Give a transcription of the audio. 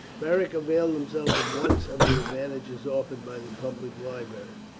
beric availed himself at once of the advantages offered by the public libraries.